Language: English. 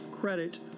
credit